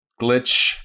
glitch